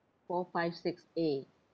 four five six A